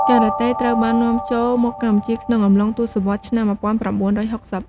ការ៉ាតេត្រូវបាននាំចូលមកកម្ពុជាក្នុងអំឡុងទសវត្សរ៍ឆ្នាំ១៩៦០។